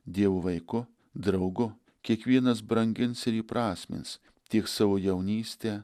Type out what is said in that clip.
dievo vaiku draugu kiekvienas brangins ir įprasmins tiek savo jaunystę